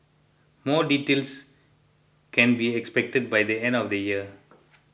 more details can be expected by the end of the year